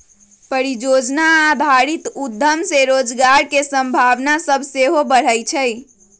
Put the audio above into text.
परिजोजना आधारित उद्यम से रोजगार के संभावना सभ सेहो बढ़इ छइ